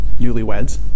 Newlyweds